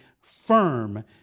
firm